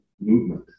Movement